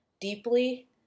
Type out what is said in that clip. deeply